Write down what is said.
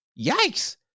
yikes